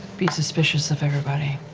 be suspicious of everybody.